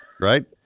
right